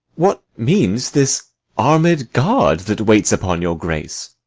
what means this armed guard that waits upon your grace?